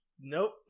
Nope